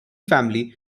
family